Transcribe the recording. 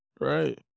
right